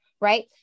right